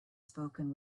spoken